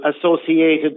associated